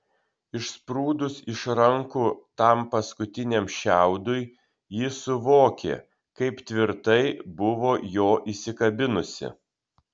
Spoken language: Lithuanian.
išsprūdus iš rankų tam paskutiniam šiaudui ji suvokė kaip tvirtai buvo jo įsikabinusi